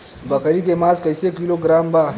बकरी के मांस कईसे किलोग्राम बा?